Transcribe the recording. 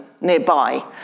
nearby